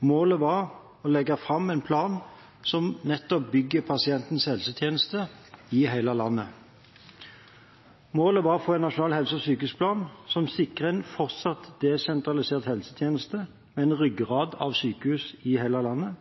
Målet var å legge fram en plan som nettopp bygger pasientens helsetjeneste i hele landet. Målet var å få en nasjonal helse- og sykehusplan som sikrer en fortsatt desentralisert helsetjeneste med en ryggrad av sykehus i hele landet,